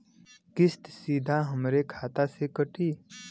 किस्त सीधा हमरे खाता से कटी?